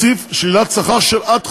לשלילת שכר של עד חודש.